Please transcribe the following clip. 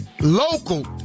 local